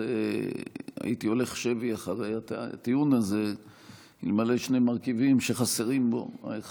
הייתי הולך שבי אחרי הטיעון הזה אלמלא שני מרכיבים שחסרים בו: האחד,